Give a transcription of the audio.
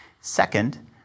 Second